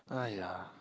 !aiya!